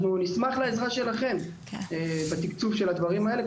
אנחנו נשמח לעזרה שלכם בתקצוב של דברים האלה,